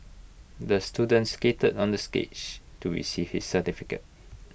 the student skated onto the stage to receive his certificate